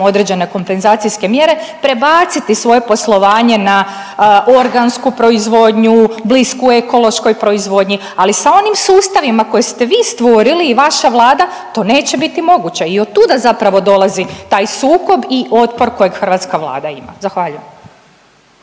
određene kompenzacijske mjere prebaciti svoje poslovanje na odransku proizvodnju, blisku ekološkoj proizvodnji, ali sa onim sustavima koje ste vi stvorili i vaša Vlada to neće biti moguće i od tuda zapravo dolazi taj sukob i otpor kojeg hrvatska Vlada ima. Zahvaljujem.